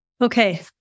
okay